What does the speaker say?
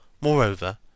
moreover